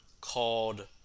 called